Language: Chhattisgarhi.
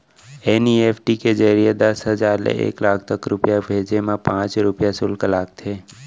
एन.ई.एफ.टी के जरिए दस हजार ले एक लाख तक रूपिया भेजे मा पॉंच रूपिया सुल्क लागथे